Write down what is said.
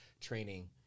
training